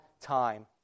time